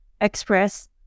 express